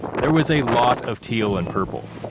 there was a lot of teal and purple.